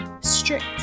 strict